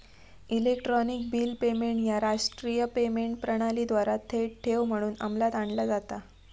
electronic bill payment ह्या राष्ट्रीय payment प्रणालीद्वारा थेट ठेव म्हणून अंमलात आणला जाता